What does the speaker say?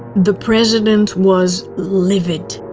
the president was livid.